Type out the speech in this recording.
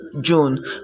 june